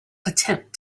attempt